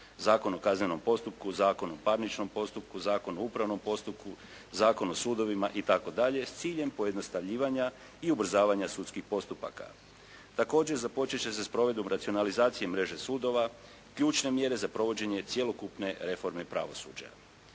Zakona o kaznenom postupku, Zakona o parničnom postupku, Zakona o upravnom postupku, Zakona o sudovima itd. s ciljem pojednostavljivanja i ubrzavanja sudskih postupaka. Također započet će se s provedbom racionalizacije mreže sudova ključne mjere za provođenje cjelokupne reforme pravosuđa.